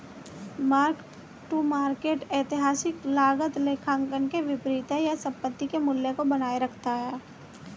mark to market ऐतिहासिक लागत लेखांकन के विपरीत है यह संपत्ति के मूल्य को बनाए रखता है